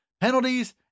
penalties